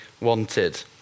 wanted